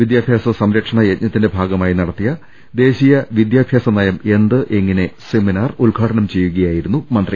വിദ്യാഭ്യാസ സംരക്ഷണ യജ്ഞത്തിന്റെ ഭാഗമായി നടത്തിയ ദേശീയ വിദ്യാഭ്യാസ നയം എന്ത് എങ്ങനെ സെമിനാർ ഉദ്ഘാടനം ചെയ്യുകയായിരുന്നു മന്ത്രി